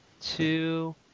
two